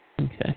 Okay